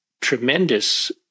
tremendous